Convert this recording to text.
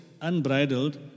unbridled